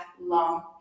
long